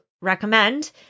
recommend